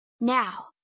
Now